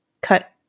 cut